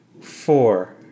four